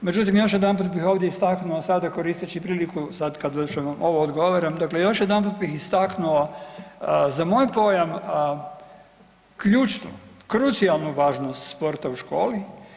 Međutim još jedanput bih ovdje istaknuo sada koristeći priliku sad kad već ovo vam odgovaram, dakle još jedanput bih istaknuo, za moj pojam ključnu krucijalnu važnost sporta školi.